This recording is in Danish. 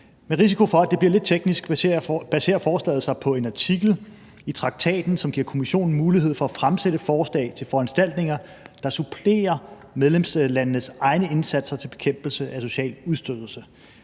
risiko for, at det bliver lidt teknisk, vil jeg nævne, at forslaget baserer sig på en artikel i traktaten, som giver Kommissionen mulighed for at fremsætte forslag til foranstaltninger, der supplerer medlemslandenes egne indsatser til bekæmpelse af social udstødelse.